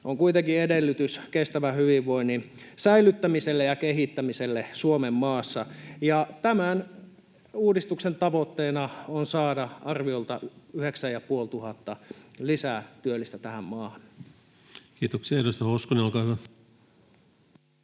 on kuitenkin edellytys kestävän hyvinvoinnin säilyttämiselle ja kehittämiselle Suomen maassa, ja tämän uudistuksen tavoitteena on saada arviolta 9 500 lisää työllisiä tähän maahan. [Speech 121] Speaker: